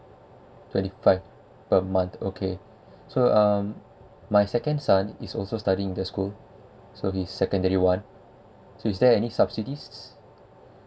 twenty five per month okay so um my second son is also studying in the school so he is in secondary one so is there any subsidies